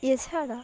এছাড়া